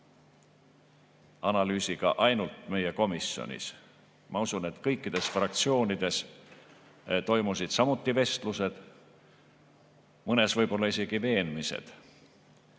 analüüsiga ainult meie komisjonis. Ma usun, et kõikides fraktsioonides toimusid samuti vestlused, mõnes võib-olla isegi veenmised,